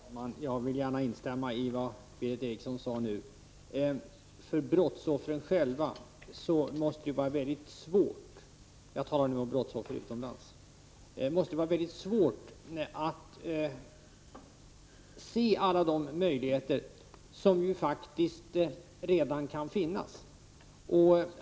Herr talman! Jag vill gärna instämma i vad Berith Eriksson sade nu. För brottsoffren själva -- jag talar nu om brottsoffer utomlands -- måste det vara mycket svårt att se alla de möjligheter som faktiskt redan kan finnas.